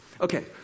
Okay